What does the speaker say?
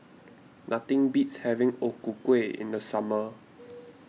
nothing beats having O Ku Kueh in the summer